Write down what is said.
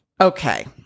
Okay